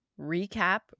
Recap